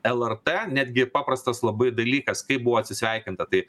lrt netgi paprastas labai dalykas kaip buvo atsisveikinta tai